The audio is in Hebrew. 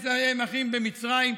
יש להם אחים במצרים,